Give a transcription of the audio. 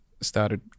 started